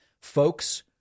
folks